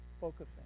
focusing